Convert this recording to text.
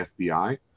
FBI